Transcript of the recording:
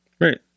Right